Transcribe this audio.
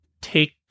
take